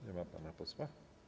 Nie ma pana posła?